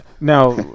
now